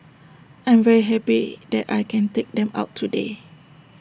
I'm very happy that I can take them out today